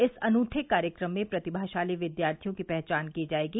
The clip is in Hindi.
इस अनूठे कार्यक्रम में प्रतिभाशाली विद्यार्थियों की पहचान की जाएगी